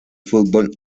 fútbol